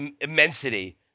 immensity